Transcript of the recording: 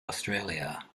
australia